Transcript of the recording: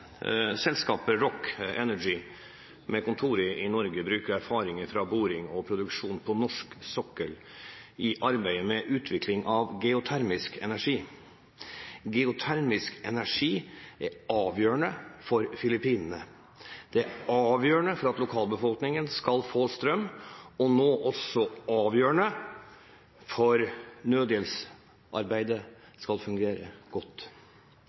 Selskapet Rock Energy, med kontor i Norge, bruker erfaringer fra boring og produksjon på norsk sokkel i arbeidet med utvikling av geotermisk energi. Geotermisk energi er avgjørende for Filippinene. Det er avgjørende for at lokalbefolkningen skal få strøm og nå også avgjørende for at nødhjelpsarbeidet skal fungere godt.